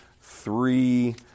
three